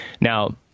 Now